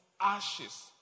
ashes